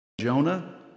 Jonah